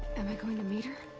am i going to meet her?